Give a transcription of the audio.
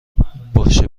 باشه